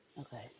Okay